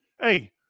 Hey